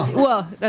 well,